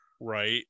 Right